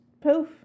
poof